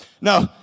No